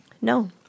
No